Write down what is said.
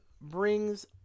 brings